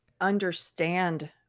understand